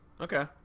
Okay